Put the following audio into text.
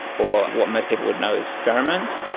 or what most people would know as pheromones.